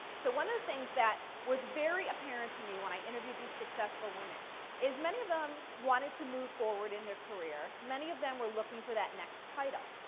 so one of the things that was very apparent to me when i interviewed these successful women is many of them wanted to move forward in their career. many of them were looking for that next title.